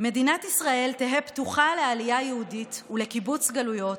"מדינת ישראל תהא פתוחה לעלייה יהודית ולקיבוץ גלויות,